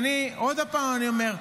עוד הפעם אני אומר,